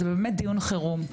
זה באמת דיון חירום,